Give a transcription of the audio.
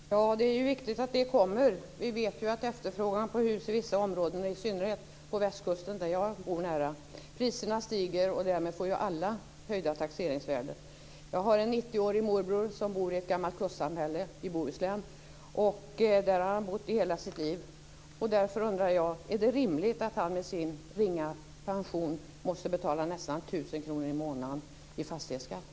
Fru talman! Det är ju viktigt att det kommer. Vi vet hur det är med efterfrågan på hus i vissa områden, i synnerhet på Västkusten nära där jag bor. Priserna stiger, och därmed få ju alla höjda taxeringsvärden. Jag har en 90-årig morbror som bor i ett gammalt kustsamhälle i Bohuslän. Där har han bott i hela sitt liv. Därför undrar jag: Är det rimligt att han med sin ringa pension måste betala nästan 1 000 kr i månaden i fastighetsskatt?